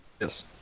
Yes